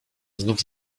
znowu